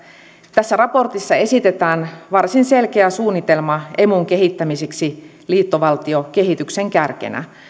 tässä raportissa esitetään varsin selkeä suunnitelma emun kehittämiseksi liittovaltiokehityksen kärkenä